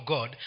God